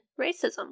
racism